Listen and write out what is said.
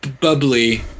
bubbly